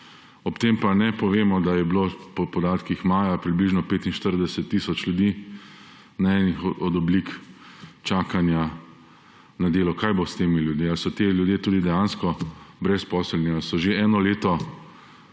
ob tem pa ne povemo, da je bilo po podatkih maja približno 45 tisoč ljudi na eni od oblik čakanja na delo. Kaj bo s temi ljudmi? Ali so ti ljudje tudi dejansko brezposelni ali je teh